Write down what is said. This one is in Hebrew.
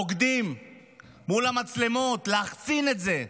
רוקדים מול המצלמות להחצין את זה.